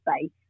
space